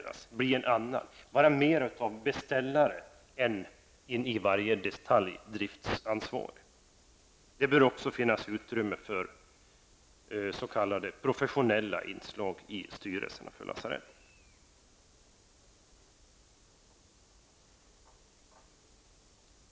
De tyckte att politikerna skulle vara mer av beställare än driftsansvariga in i varje detalj och att det också bör finnas utrymme för s.k. professionella inslag i styrelserna för lasaretten.